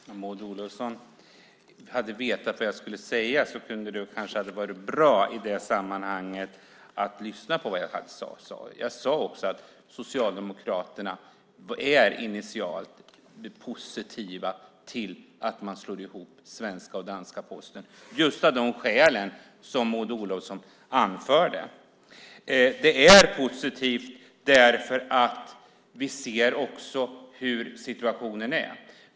Fru talman! Även om Maud Olofsson hade vetat vad jag skulle säga, hade det kanske varit bra att lyssna på vad jag sade. Jag sade att Socialdemokraterna är initialt positiva till en sammanslagning av den svenska och den danska Posten just av de skäl som Maud Olofsson anförde. Det är positivt därför att vi ser hur situationen är.